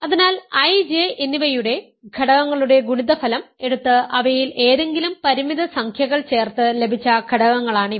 അതിനാൽ I J എന്നിവയുടെ ഘടകങ്ങളുടെ ഗുണിതഫലം എടുത്ത് അവയിൽ ഏതെങ്കിലും പരിമിത സംഖ്യകൾ ചേർത്ത് ലഭിച്ച ഘടകങ്ങളാണ് ഇവ